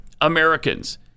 Americans